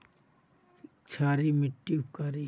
क्षारी मिट्टी उपकारी?